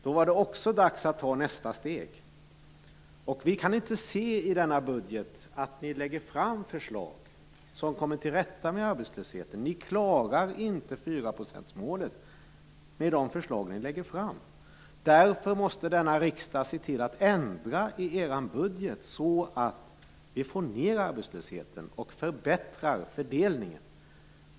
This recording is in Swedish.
Då var det också dags att ta nästa steg. Vi kan i denna budget inte se att ni lägger fram förslag som innebär att man kommer till rätta med arbetslösheten. Ni klarar inte fyraprocentsmålet med de förslag som ni lägger fram. Därför måste denna riksdag se till att ändra i er budget, så att vi får ned arbetslösheten och förbättrar fördelningen.